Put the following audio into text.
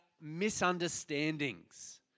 misunderstandings